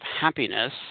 happiness